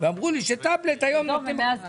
ואמרו לי שטאבלט היום נותנים.